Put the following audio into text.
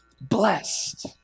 blessed